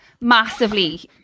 massively